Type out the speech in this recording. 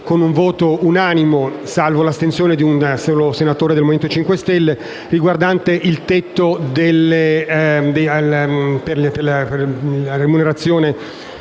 con un voto unanime (salvo l'astensione di un solo senatore del Movimento 5 Stelle), riguardante il tetto alla remunerazione